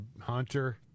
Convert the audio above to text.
Hunter